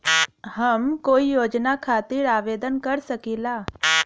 हम कोई योजना खातिर आवेदन कर सकीला?